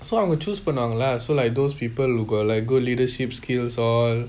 so அவங்க:avanga choose பன்னுவாங்கல:panuvangala so like those people will like good leadership skills all